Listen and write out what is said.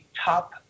top